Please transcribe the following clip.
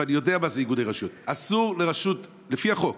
ואני יודע מה זה איגודי רשויות: לפי החוק,